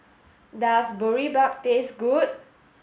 does Boribap taste good